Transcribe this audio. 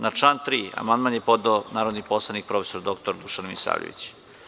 Na član 3. amandman je podneo narodni poslanik prof. dr Dušan Milisavljević.